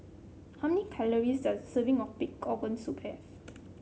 how many calories does a serving of Pig's Organ Soup have